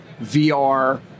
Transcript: vr